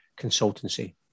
Consultancy